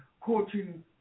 coaching